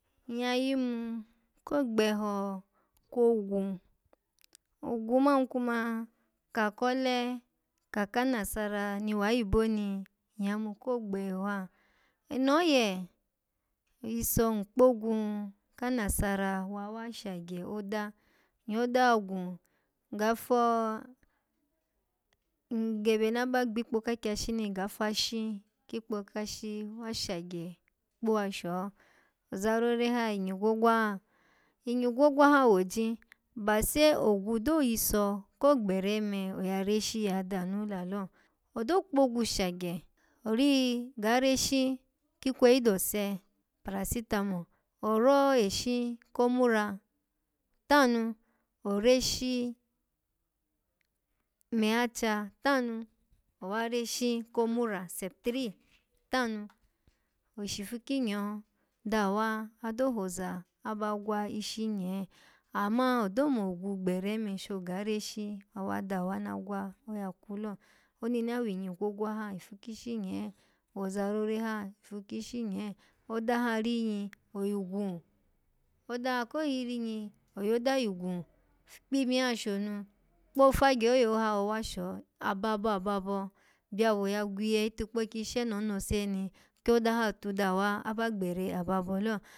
Nyya yimu ko gheho kogwu ogwu man kuma, ka kole ka kanasarani wayibo ni, nyya yimu ko gbeho ha eno oye, nyyiso, nkpogwu kanasara wawa shagye oda nyyoda ha gwu, ngga fo-nggebe aba gbikpo kakyashi ni ga fashi kikpo kasha wa shagye kpuwa sho ozarore ha, inyi gwogwa ha inyi gwogwa ha woji? Ba sai ogwu do yiso ko gbere me oya reshi ya danu lalo odo kpogwu shagye, oriyi-ga reshi kikweyi dolse "paracetamol", oro eshi ko mura tanu, oreshi "mai acha" tanu, owa reshi ko "mura" "septrin" tanu, oshifu kinyo dawa ado roza, aba gwa ishi nye amma odo mogwu gbere me shoga reshi wawa dawa na gwa, oya kwu lo oni na winyi gwogwa ha ifu kishi nye, woza rore ha ifu kishn nye oda ha rinyi, oyi gwu odaha ko yirinyi, oyoda yi gwu, kpinyi ha shonu, kpo-fagye oye hoha wawa sho ababo ababo, byawo ya gwiye itikpokyi isheno onose ni, kyoda ha tu dawa, aba gbere ababo lo.